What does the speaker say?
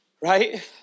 Right